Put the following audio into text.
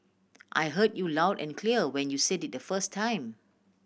I heard you loud and clear when you said it the first time